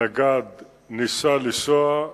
הנגד ניסה לנסוע,